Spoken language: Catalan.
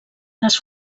les